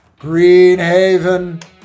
Greenhaven